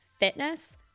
Fitness